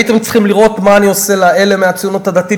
הייתם צריכים לראות מה אני עושה לאלה מהציונות הדתית